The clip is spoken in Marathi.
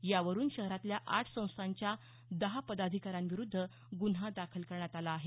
यावरून शहरातल्या आठ संस्थांच्या दहा पदाधिकाऱ्यांविरूद्ध गुन्हा दाखल करण्यात आला आहे